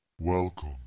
Welcome